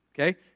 Okay